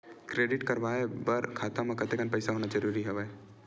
Credit बनवाय बर खाता म कतेकन पईसा होना जरूरी हवय?